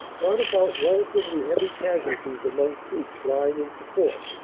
brought about relatively heavy casualties among troops lying in support,